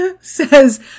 says